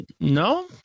no